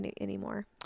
anymore